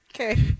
okay